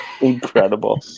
incredible